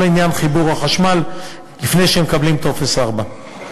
עניין חיבור החשמל לפני שמקבלים טופס 4,